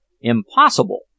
impossible